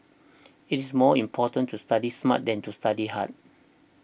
it is more important to study smart than to study hard